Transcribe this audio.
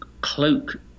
cloak